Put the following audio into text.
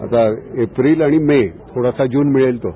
आता एप्रिल आणि मे थोडासा जुने मिळेल तो